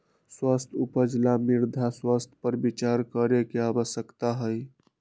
स्वस्थ उपज ला मृदा स्वास्थ्य पर विचार करे के आवश्यकता हई